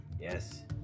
yes